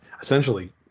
essentially